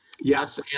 Yes